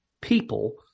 people